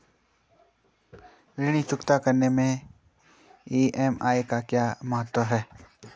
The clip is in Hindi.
ऋण चुकता करने मैं ई.एम.आई का क्या महत्व है?